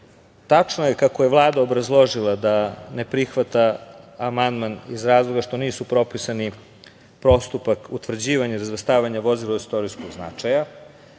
je kako je Vlada obrazložila da ne prihvata amandman iz razloga što nisu propisani postupak utvrđivanja, razvrstavanja vozila od istorijskog značaja. Mi